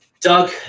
Doug